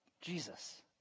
Jesus